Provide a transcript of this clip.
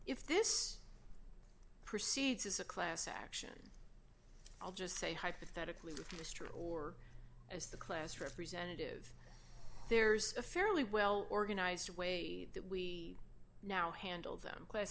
if this proceeds as a class action i'll just say hypothetically if you destroy or as the class representative there is a fairly well organized way that we now handle them class